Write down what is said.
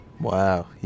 Wow